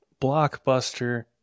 blockbuster